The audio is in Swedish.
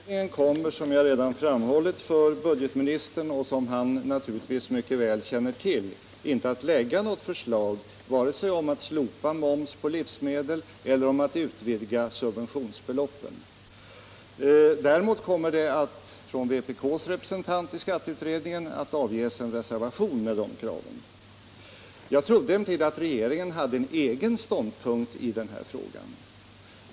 Herr talman! Skatteutredningen kommer, som jag redan framhållit för budgetministern och som han naturligtvis mycket väl känner till, inte att lägga fram något förslag vare sig om att slopa momsen på livsmedel eller om att utvidga subventionsbeloppen. Däremot kommer vpk:s representant i skatteutredningen att avge en reservation till förmån för dessa krav. Jag trodde emellertid att regeringen hade en egen ståndpunkt i den här frågan.